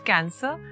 Cancer